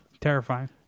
terrifying